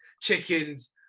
chickens